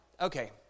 okay